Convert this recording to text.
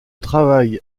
travail